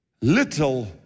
Little